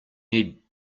need